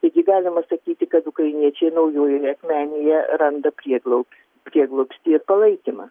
taigi galima sakyti kad ukrainiečiai naujojoje akmenėje randa prieglobs prieglobstį ir palaikymą